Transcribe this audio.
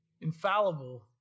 infallible